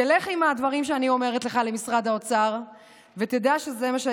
תלך עם הדברים שאני אומרת למשרד האוצר ותדע שזה מה,